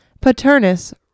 Paternus